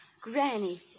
Granny